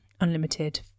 unlimited